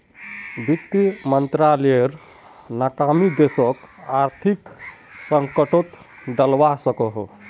वित मंत्रालायेर नाकामी देशोक आर्थिक संकतोत डलवा सकोह